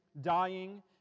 dying